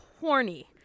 horny